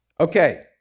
Okay